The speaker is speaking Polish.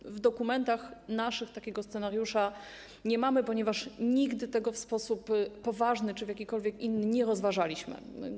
W naszych dokumentach takiego scenariusza nie mamy, ponieważ nigdy tego w sposób poważny czy w jakikolwiek inny nie rozważaliśmy.